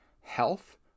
health